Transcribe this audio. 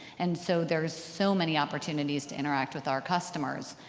and so there's so many opportunities to interact with our customers.